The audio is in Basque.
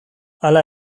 hala